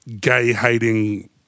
gay-hating